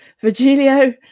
Virgilio